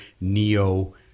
Neo-